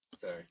Sorry